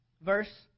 Verse